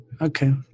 okay